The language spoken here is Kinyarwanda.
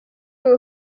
w’u